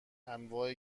انواع